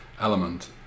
element